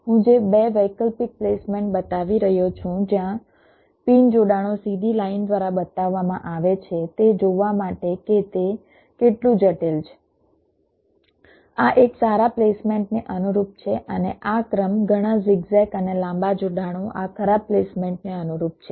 હું જે 2 વૈકલ્પિક પ્લેસમેન્ટ બતાવી રહ્યો છું જ્યાં પિન જોડાણો સીધી લાઇન દ્વારા બતાવવામાં આવે છે તે જોવા માટે કે તે કેટલું જટિલ છે આ એક સારા પ્લેસમેન્ટને અનુરૂપ છે અને આ ક્રમ ઘણાં ઝિગઝેગ અને લાંબા જોડાણો આ ખરાબ પ્લેસમેન્ટને અનુરૂપ છે